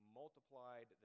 multiplied